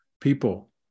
people